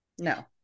no